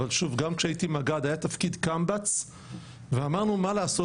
אבל שוב גם כשהייתי מג"ד היה תפקיד קמב"צ ואמרנו מה לעשות